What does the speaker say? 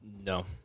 No